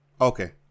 Okay